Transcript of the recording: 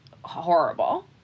horrible